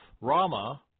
Rama